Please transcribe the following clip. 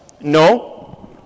No